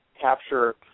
capture